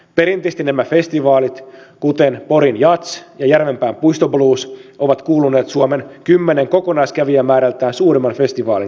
perinteisesti nämä festivaalit kuten pori jazz ja järvenpään puistoblues ovat kuuluneet suomen kymmenen kokonaiskävijämäärältään suurimman festivaalin joukkoon